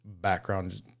background